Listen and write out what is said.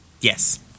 Yes